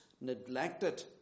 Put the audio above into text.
neglected